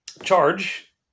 charge